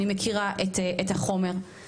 אני מכירה את החומר,